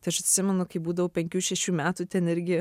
tai aš atsimenu kai būdavau penkių šešių metų ten irgi